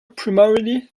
primarily